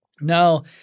Now